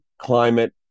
climate